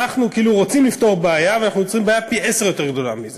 אנחנו כאילו רוצים לפתור בעיה אבל אנחנו יוצרים בעיה גדולה פי-עשרה מזה